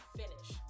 finish